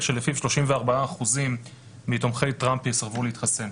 שלפיו 34% מתומכי טראמפ יסרבו להתחסן.